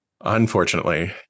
Unfortunately